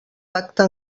pacte